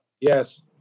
Yes